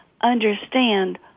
understand